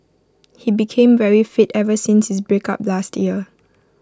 he became very fit ever since his breakup last year